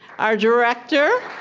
our director